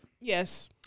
Yes